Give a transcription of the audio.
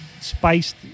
spiced